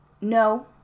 No